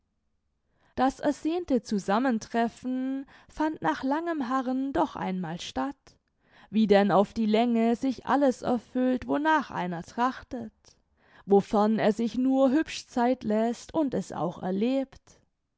das ersehnte zusammentreffen fand nach langem harren doch einmal statt wie denn auf die länge sich alles erfüllt wonach einer trachtet wofern er sich nur hübsch zeit läßt und es auch erlebt